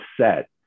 set